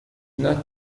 not